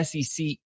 SEC